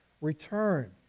return